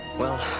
well,